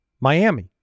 Miami